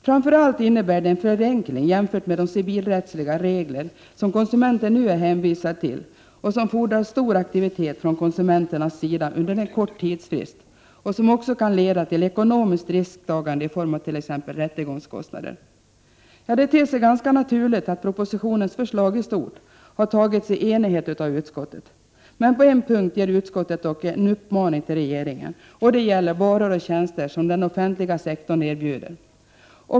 Framför allt innebär det en förenkling jämfört med de civilrättsliga regler konsumenten nu är hänvisad till. Dessa fordrar stor aktivitet från konsumenternas sida under en kort tidsfrist, och de kan också leda till ekonomiskt risktagande i form av t.ex. rättegångskostnader. Det ter sig ganska naturligt att propositionens förslag i stort har antagits i enighet av utskottet. På en punkt ger utskottet dock en uppmaning till regeringen. Det gäller varor och tjänster som den offentliga sektorn erbjuder.